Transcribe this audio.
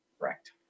Correct